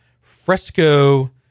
Fresco